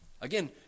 Again